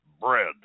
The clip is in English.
bread